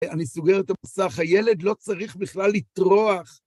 אני סוגר את המסך, הילד לא צריך בכלל לטרוח.